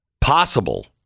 possible